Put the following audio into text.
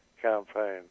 campaign